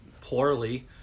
poorly